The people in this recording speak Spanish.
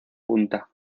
punta